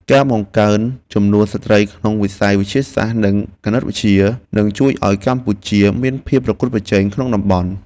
ការបង្កើនចំនួនស្ត្រីក្នុងវិស័យវិទ្យាសាស្ត្រនិងគណិតវិទ្យានឹងជួយឱ្យកម្ពុជាមានភាពប្រកួតប្រជែងក្នុងតំបន់។